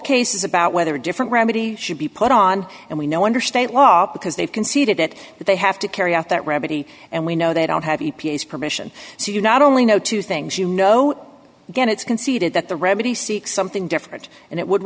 case is about whether different remedy should be put on and we know under state law because they've conceded that they have to carry out that remedy and we know they don't have permission so you not only know two things you know again it's conceded that the remedy seeks something different and it would